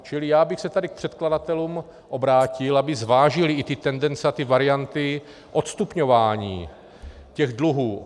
Čili já bych se tady k předkladatelům obrátil, aby zvážili i ty tendence a varianty odstupňování těch dluhů.